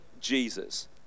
Jesus